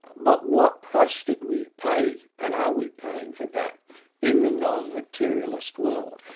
but what price did we pay and are we paying, for that in the non-materialist world?